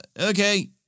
Okay